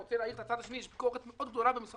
אני רוצה להעיר על הצד השני: יש ביקורת קשה מאוד במשרד